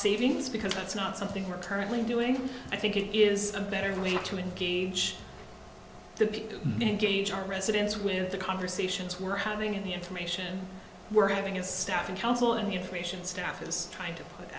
savings because that's not something we're currently doing i think it is a better way to engage the engage our residents with the conversations we're having and the information we're having is staffing council and the information staff is trying to out